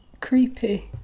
creepy